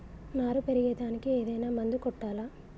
నారు పెరిగే దానికి ఏదైనా మందు కొట్టాలా?